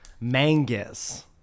Mangus